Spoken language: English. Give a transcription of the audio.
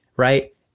right